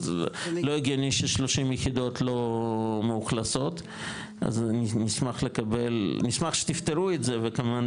אז לא הגיוני ש-30 יחידות לא מאוכלסות אז נשמח שתפתרו את זה וכמובן,